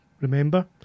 remember